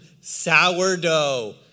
sourdough